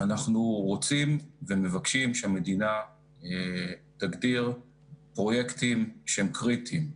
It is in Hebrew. הוא שהמדינה תגדיר פרויקטים שהם קריטיים,